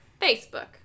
Facebook